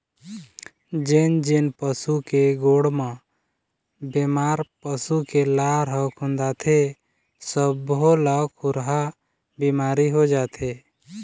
जेन जेन पशु के गोड़ म बेमार पसू के लार ह खुंदाथे सब्बो ल खुरहा बिमारी हो जाथे